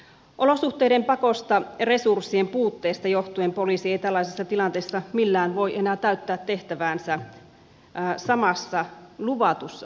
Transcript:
olosuhteiden pakosta resurssien puutteesta johtuen poliisi ei tällaisessa tilanteessa millään voi enää täyttää tehtäväänsä samassa luvatussa tasossa